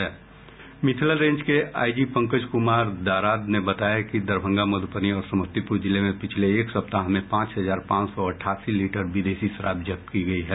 Mithila range के I G Pankaj Kumar Darad ने बताया कि दरभंगा मधुबनी और समस्तीपुर जिले में पिछले एक सप्ताह में पांच हजार पांच सौ अठासी लीटर विदेशी शराब जब्त की गयी है